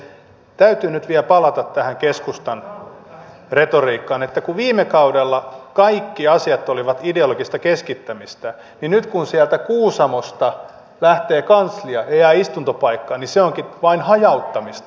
täytyy nyt vielä palata tähän keskustan retoriikkaan että kun viime kaudella kaikki asiat olivat ideologista keskittämistä niin nyt kun sieltä kuusamosta lähtee kanslia ja jää istuntopaikka niin se onkin vain hajauttamista